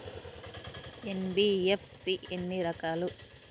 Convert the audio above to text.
NBFC ఎన్ని రకాలు?